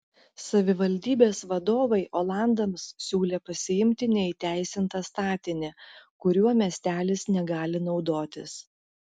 savivaldybės vadovai olandams siūlė pasiimti neįteisintą statinį kuriuo miestelis negali naudotis